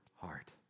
heart